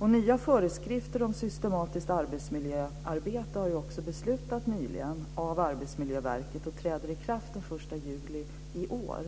om nya föreskrifter om systematiskt arbetsmiljöarbete. De träder i kraft den 1 juli i år.